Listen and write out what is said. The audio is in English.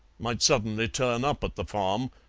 might suddenly turn up at the farm,